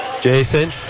Jason